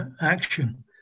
action